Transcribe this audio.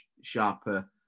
sharper